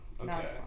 Okay